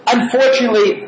Unfortunately